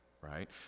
right